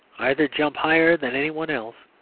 either jump higher than any one else,